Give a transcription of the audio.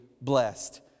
blessed